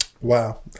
wow